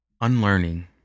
Unlearning